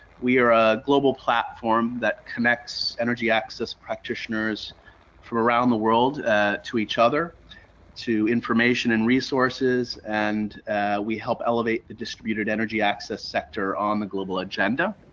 we are a global platform that connects energy access practitioners from around the world to each other to information and resources. and we help elevate the disputed energy access sector on the global agenda.